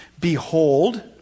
Behold